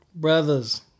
Brothers